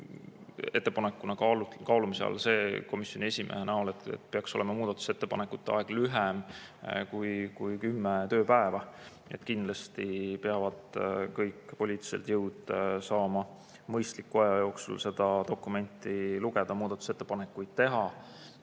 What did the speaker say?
ettepanekuna kaalumise all see, et peaks olema muudatusettepanekute aeg lühem kui 10 tööpäeva. Kindlasti peavad kõik poliitilised jõud saama mõistliku aja jooksul seda dokumenti lugeda ja muudatusettepanekuid teha.